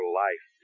life